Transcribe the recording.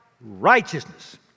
righteousness